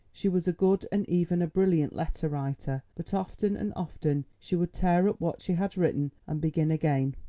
she was a good and even a brilliant letter writer, but often and often she would tear up what she had written and begin again.